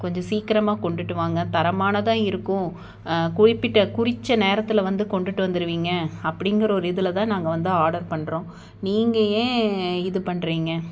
கொஞ்சம் சீக்கிரமாக கொண்டுட்டு வாங்க தரமானதாக இருக்கும் குறிப்பிட்ட குறித்த நேரத்தில் வந்து கொண்டுட்டு வந்துருவிங்க அப்படிங்குற ஒரு இதில் தான் நாங்கள் வந்து ஆர்டர் பண்ணுறோம் நீங்கள் ஏன் இது பண்ணுறீங்க